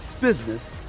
business